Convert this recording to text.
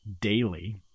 daily